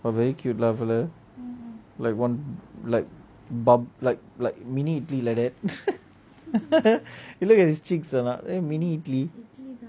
but very cute fella like one like bump like like mini idli that you look at his cheeks or not mini idli